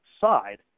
side